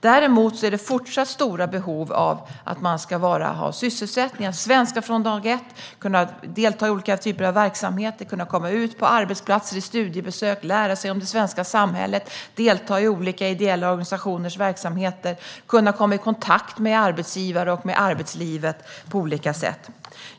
Det är dock fortsatt stora behov av att asylsökande ska ha sysselsättning, få börja med svenska från dag ett, kunna delta i olika verksamheter, kunna göra studiebesök på arbetsplatser, få lära sig om det svenska samhället, kunna delta i olika ideella organisationers verksamheter och kunna komma i kontakt med arbetsgivare och arbetslivet på olika sätt.